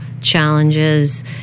challenges